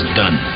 done